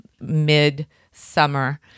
mid-summer